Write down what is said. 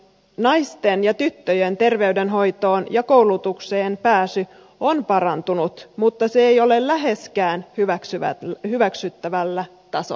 naisten ja tyttöjen terveydenhoitoon ja koulutukseen pääsy on parantunut mutta se ei ole läheskään hyväksyttävällä tasolla